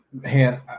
man